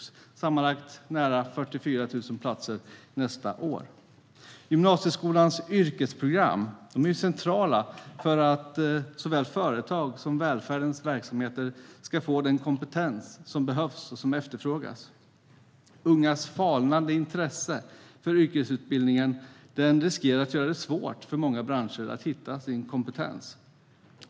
Det innebär sammanlagt nära 44 000 nya utbildningsplatser nästa år. Gymnasieskolans yrkesprogram är centrala för att såväl företag som välfärdens verksamheter ska få den kompetens som behövs och efterfrågas. Ungas falnande intresse för yrkesutbildning riskerar att göra det svårt för många branscher att hitta rätt kompetens.